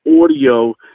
audio